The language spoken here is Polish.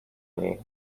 niej